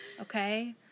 Okay